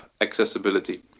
accessibility